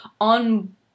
on